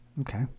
Okay